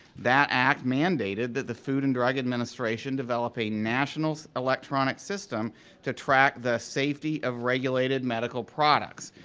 that act mandated that the food and drug administration develop a national electronic system to track the safety of regulated medical products.